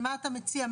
מה אתה מציע?